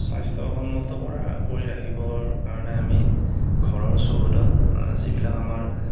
স্ৱাস্থ্যসন্মত কৰা কৰি ৰাখিবৰ কাৰণে আমি ঘৰৰ চৌহদত যিবিলাক আমাৰ